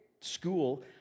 school